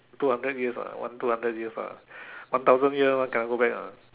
two hundreds years ah one two hundred years ah one thousand years one cannot go back ah